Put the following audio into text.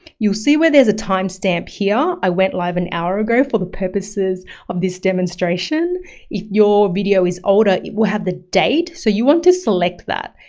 you'll see where there's a timestamp here i went live and hour ago for the purposes of this demonstration. if your video is older, it will have the date. so you want to select that.